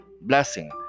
blessing